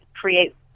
create